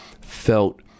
felt